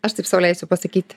aš taip sau leisiu pasakyti